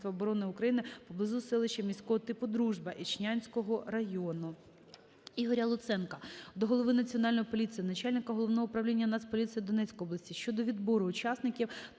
Дякую